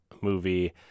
Movie